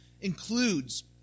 includes